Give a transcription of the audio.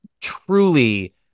truly